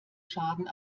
schaden